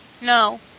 No